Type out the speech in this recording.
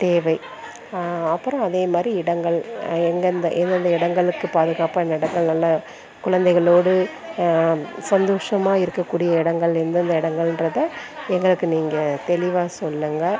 தேவை அப்புறம் அதே மாதிரி இடங்கள் எங்கே அந்த எந்தெந்த இடங்களுக்கு பாதுகாப்பாக குழந்தைகளோடு சந்தோஷமா இருக்க கூடிய இடங்கள் எந்தெந்த இடங்கள்ன்றத எங்களுக்கு நீங்கள் தெளிவாக சொல்லுங்கள்